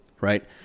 Right